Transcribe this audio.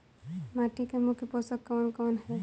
माटी में मुख्य पोषक कवन कवन ह?